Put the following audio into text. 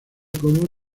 como